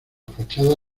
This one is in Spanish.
fachada